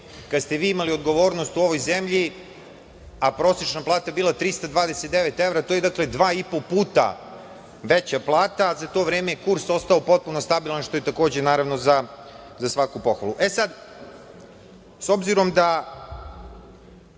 kada ste vi imali odgovornost u ovoj zemlji, a prosečna plata bila 329 evra, to je, dakle, dva i po puta veća plata. Za to vreme je kurs ostao potpuno stabilan, što je takođe, naravno, za svaku pohvalu.E sad, s obzirom na